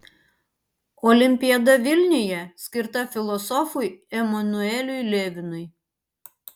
olimpiada vilniuje skirta filosofui emanueliui levinui